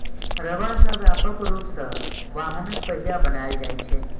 रबड़ सं व्यापक रूप सं वाहनक पहिया बनाएल जाइ छै